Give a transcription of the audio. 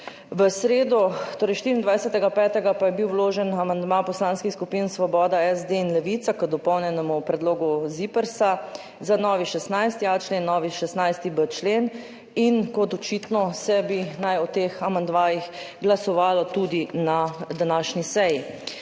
V sredo, torej 24. 5., pa je bil vložen amandma poslanskih skupin Svoboda, SD in Levica k dopolnjenemu predlogu ZIPRS za novi 16.a člen, novi 16.b člen, in kot je očitno, naj bi se o teh amandmajih glasovalo tudi na današnji seji.